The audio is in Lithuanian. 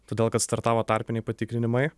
todėl kad startavo tarpiniai patikrinimai